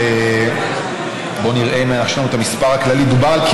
ואחריה, תמר זנדברג.